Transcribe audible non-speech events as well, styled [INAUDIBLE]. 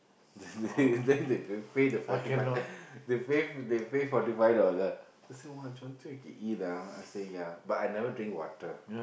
[LAUGHS] then the then they pay the fourty five they pay they pay fourty five dollar say !wah! that's we can eat ah I say ya I never drink water